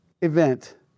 event